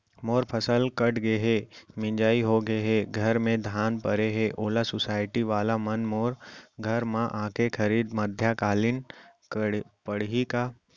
मोर फसल कट गे हे, मिंजाई हो गे हे, घर में धान परे हे, ओला सुसायटी वाला मन मोर घर म आके खरीद मध्यकालीन पड़ही का?